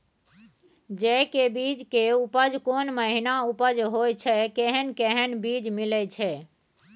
जेय के बीज के उपज कोन महीना उपज होय छै कैहन कैहन बीज मिलय छै?